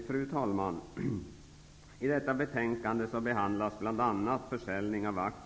Fru talman! I detta betänkande behandlas bl.a.